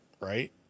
Right